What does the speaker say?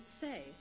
say